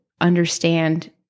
understand